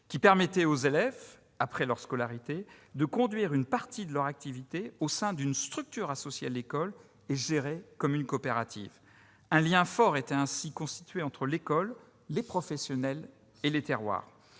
qui permettait aux élèves, après leur scolarité, de mener une partie de leur activité au sein d'une structure associée à l'école et gérée comme une coopérative. Un lien fort était ainsi tissé entre l'école, les professionnels et les terroirs.